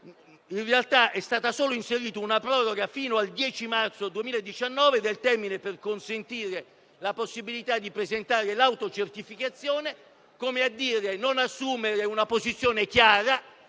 in realtà, è stata solo inserita una proroga, fino al 10 marzo 2019, del termine per consentire la possibilità di presentare l'autocertificazione. In sostanza, è un modo per non assumere una posizione chiara,